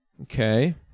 Okay